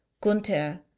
gunther